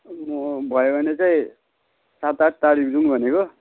म भयो भने चाहिँ सात आठ तारिख जाउँ भनेको